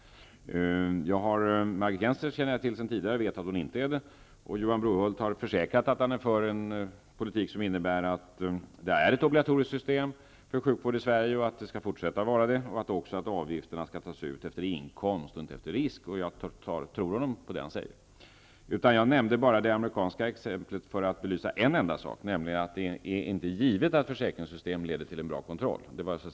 Jag vet sedan tidigare att Margit Gennser inte är det, och Johan Brohult har försäkrat att han är för en politik som innebär att vi skall fortsätta att ha ett obligatoriskt system för sjukvård i Sverige och att avgifterna inte skall tas ut efter inkomst utan efter risk. Jag tror honom när han säger detta. Jag nämnde det amerikanska exemplet för att bevisa bara en enda sak, nämligen att det inte är givet att försäkringssystem leder till en bra kontroll.